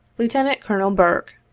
lieutenant-colonel burke,